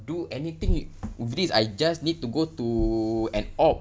do anything with this I just need to go to an op